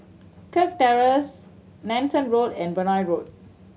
Kirk Terrace Nanson Road and Benoi Road